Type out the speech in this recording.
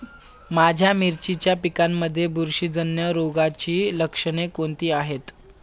माझ्या मिरचीच्या पिकांमध्ये बुरशीजन्य रोगाची लक्षणे कोणती आहेत?